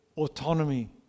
autonomy